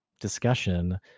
discussion